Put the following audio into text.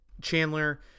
Chandler